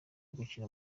gukina